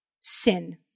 sin